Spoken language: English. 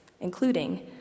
including